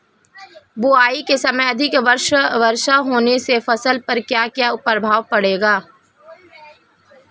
बुआई के समय अधिक वर्षा होने से फसल पर क्या क्या प्रभाव पड़ेगा?